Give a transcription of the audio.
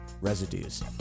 Residues